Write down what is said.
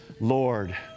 Lord